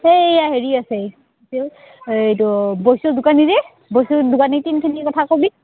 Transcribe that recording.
এইয়া হেৰি আছে এইটো বৈশ্য দোকানীযে বৈশ্য দোকানীক টিনখিনিৰ কথা কবি